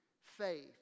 faith